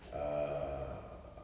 err